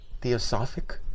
Theosophic